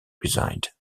resided